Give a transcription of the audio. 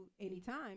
anytime